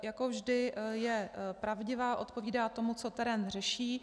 Jako vždy je pravdivá, odpovídá tomu, co terén řeší.